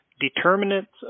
Determinants